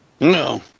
No